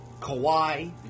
Kawhi